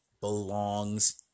belongs